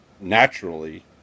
naturally